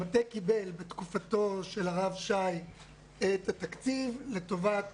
המטה קיבל בתקופתו של הרב שי פירון תקציב לטובת